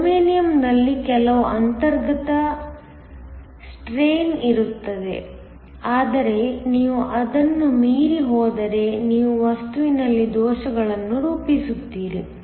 ಜರ್ಮೇನಿಯಂನಲ್ಲಿ ಕೆಲವು ಅಂತರ್ಗತ ಸ್ಟ್ರೈನ್ ಇರುತ್ತದೆ ಆದರೆ ನೀವು ಅದನ್ನು ಮೀರಿ ಹೋದರೆ ನೀವು ವಸ್ತುವಿನಲ್ಲಿ ದೋಷಗಳನ್ನು ರೂಪಿಸುತ್ತೀರಿ